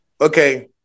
okay